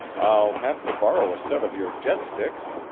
i'll have to borrow a set of your jetsticks.